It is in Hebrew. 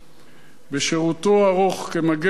בשירותו הארוך כמגן המולדת,